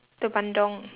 to bandung